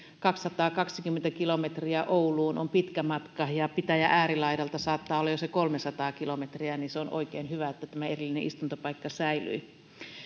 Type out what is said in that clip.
kaksisataakaksikymmentä kilometriä ouluun on pitkä matka ja pitäjän äärilaidalta saattaa olla jo se kolmesataa kilometriä joten se on oikein hyvä että tämä erillinen istuntopaikka säilyi